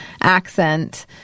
accent